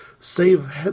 Save